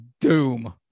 Doom